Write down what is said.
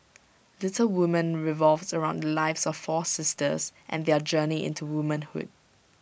Little Woman revolves around the lives of four sisters and their journey into womanhood